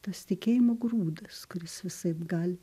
tas tikėjimo grūdas kuris visaip gali